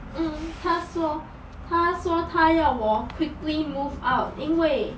mm 她说她要我 quickly move out 因为